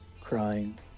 crying